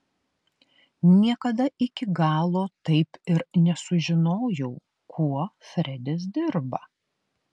niekada iki galo taip ir nesužinojau kuo fredis dirba